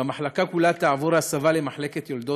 והמחלקה כולה תעבור הסבה למחלקת יולדות,